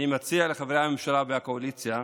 אני מציע לחברי הממשלה והקואליציה,